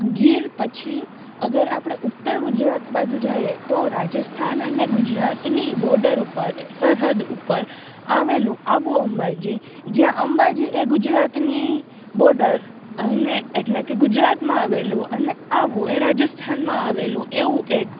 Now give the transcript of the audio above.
ગીર પછી અગર આપણે ઉત્તર ગુજરાત બાજુ જઈએ તો રાજસ્થાન અને ગુજરાતની બોડર ઉપર સરહદ ઉપર આવેલું આબુ અંબાજી જ્યાં અંબાજી એ ગુજરાતની બોડર અને એટલે કે ગુજરાતમાં આવેલું અને આબુ એ રાજસ્થાનમાં આવેલું એવું એક